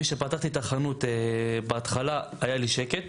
משפתחתי את החנות, בהתחלה היה לי שקט